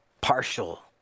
partial